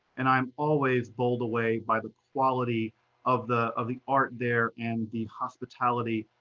and i'm always bowled away by the quality of the of the art there, and the hospitality.